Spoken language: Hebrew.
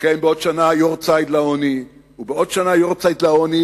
נקיים בעוד שנה יארצייט לעוני ובעוד שנה יארצייט לעוני,